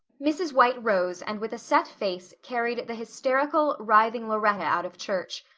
mrs. white rose and with a set face carried the hysterical, writhing lauretta out of church.